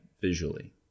visually